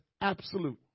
absolute